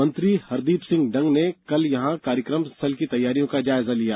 मंत्री हरदीप सिंह डंग ने कल यहां कार्यक्रम स्थल की तैयारियों का जायजा लिया